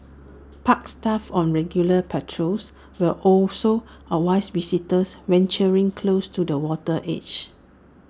park staff on regular patrols will also advise visitors venturing close to the water's edge